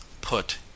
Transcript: put